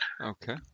Okay